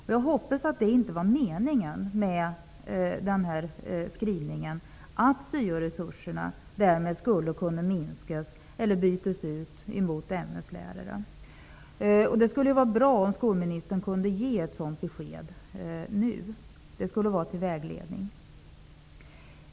Men jag hoppas att meningen med denna skrivning inte var att syoresurserna därmed skulle kunna minskas eller att syokonsulenter skulle kunna bytas ut mot ämneslärare. Det skulle vara bra om skolministern gav ett sådant besked nu. Det skulle vara till vägledning.